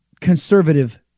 conservative